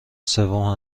سوم